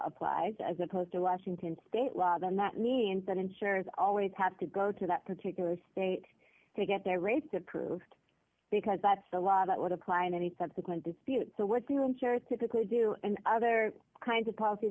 applies as opposed to washington state law then that means that insurers always have to go to that particular state to get their rates approved because that's the law that would apply in any subsequent dispute so what do you ensure it's typically do and other kinds of policies